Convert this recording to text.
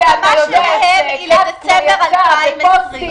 זה כבר יצא בפייסבוק, בפוסטים.